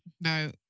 No